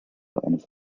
eines